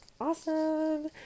Awesome